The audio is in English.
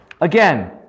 again